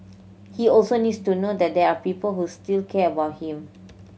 he also needs to know that there are people who still care about him